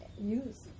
Use